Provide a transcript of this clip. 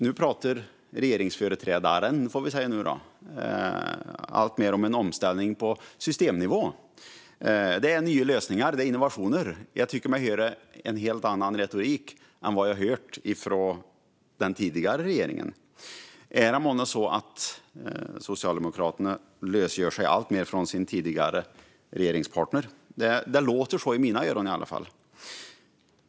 Nu pratar företrädaren för regeringspartiet alltmer om en omställning på systemnivå. Det är nya lösningar. Det är innovationer. Jag tycker mig höra en helt annan retorik än vad jag hört från den tidigare regeringen. Är det månne så att Socialdemokraterna lösgör sig alltmer från sin tidigare regeringspartner? Det låter i alla fall så i mina öron.